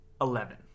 Eleven